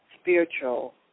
spiritual